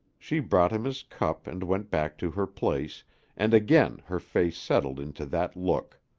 she brought him his cup and went back to her place and again her face settled into that look.